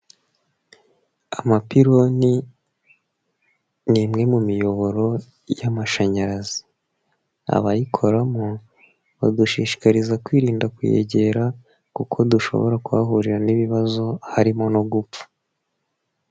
Amapironi ni imwe mu miyoboro y'amashanyarazi, abayikoramo badushishikariza kwirinda kuyegera kuko dushobora kuhahurira n'ibibazo harimo no gupfa.